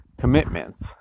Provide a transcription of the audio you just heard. commitments